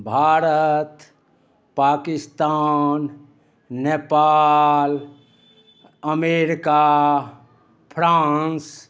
Bharat Pakistan Nepal America France